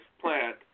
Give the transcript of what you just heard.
plant